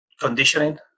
conditioning